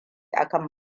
akan